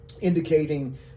indicating